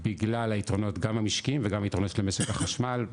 בגלל היתרונות גם המשקיים וגם היתרונות של משק החשמל,